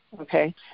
okay